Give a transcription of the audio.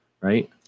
right